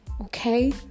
okay